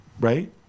right